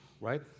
right